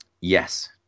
Yes